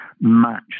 match